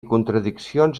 contradiccions